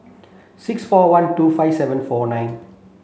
six four one two five seven four nine